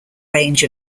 range